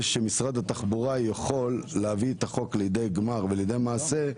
שמשרד התחבורה יכול להביא את החוק לידי גמר ולידי מעשה,